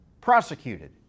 prosecuted